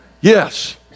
Yes